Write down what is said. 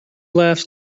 laughs